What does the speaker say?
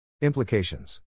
Implications